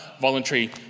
voluntary